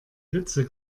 ritze